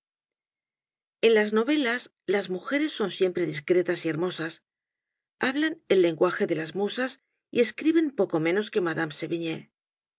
en las novelas las mujeres son siempre discretas y hermosas hablan el lenguaje de las musas y escriben poco menos que